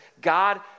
God